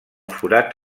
forats